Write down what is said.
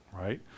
right